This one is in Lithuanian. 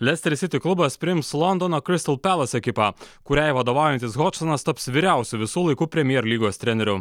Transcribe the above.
lesterisity klubas priims londono kristal palas ekipą kuriai vadovaujantis hotsonas taps vyriausiu visų laikų premjer lygos treneriu